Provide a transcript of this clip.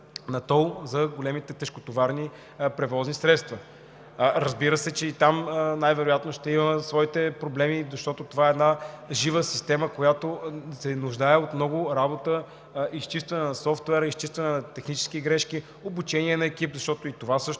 на тол за големите тежкотоварни превозни средства. Разбира се, че и там най-вероятно ще има своите проблеми, защото това е една жива система. Тя се нуждае от много работа – изчистване на софтуера, изчистване на технически грешки, обучение на екип, защото и това също